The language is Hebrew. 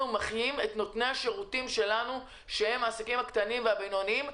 נותנים חיים לעסקים הקטנים והבינונים,